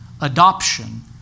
adoption